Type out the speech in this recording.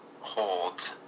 hold